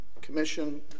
Commission